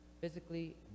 physically